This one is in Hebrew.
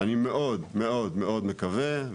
אני מאוד מאוד מקווה,